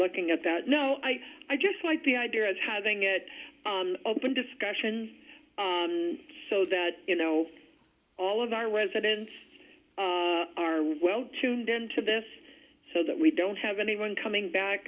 looking at that no i i just like the idea of having it open discussions so that you know all of our residents are well tuned in to this so that we don't have anyone coming back